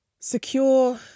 secure